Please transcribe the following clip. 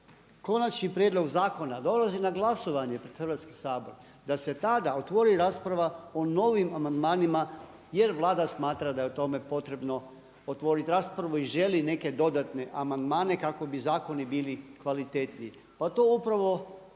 konačni prijedlog zakona dolazi na glasovanje pred Hrvatski sabor da se tada otvori rasprava o novim amandmanima jer Vlada smatra da je o tome potrebno otvoriti raspravu i želi neke dodatne amandmane kako bi zakoni bili kvalitetniji. Pa to upravo